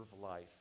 life